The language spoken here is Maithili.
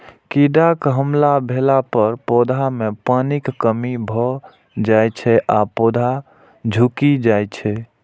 कीड़ाक हमला भेला पर पौधा मे पानिक कमी भए जाइ छै आ पौधा झुकि जाइ छै